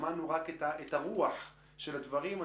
שמענו רק את הרוח של הדברים.